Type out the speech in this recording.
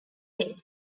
day